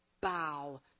bow